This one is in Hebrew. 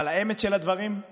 אבל האמת של הדברים היא